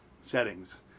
settings